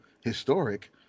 historic